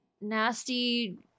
nasty